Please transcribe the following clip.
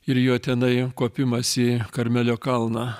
ir jo tenai kopimas į karmelio kalną